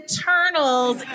Eternals